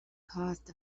caused